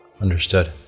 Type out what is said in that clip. understood